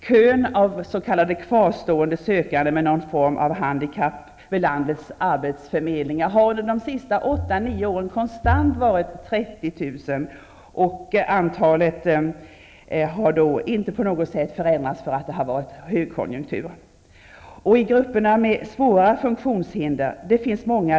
Kön med s.k. kvarstående sökande med någon form av handikapp vid landets arbetsförmedlingar har under de senaste åtta nio åren konstant omfattat 30 000 människor. Det antalet har inte på något sätt förändrats, trots att det har varit högkonjunktur. Det finns människor som har svåra funktionshinder, och dessa personer är många.